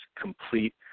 complete